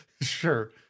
Sure